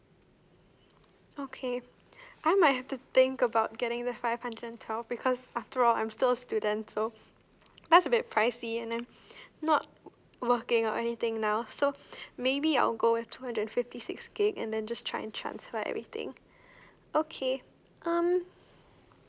okay I might have to think about getting the five hundred and twelve because after all I'm still a student so that's a bit pricey and then not working or anything now so maybe I'll go with two hundred and fifty six gig and then just try and transfer everything okay um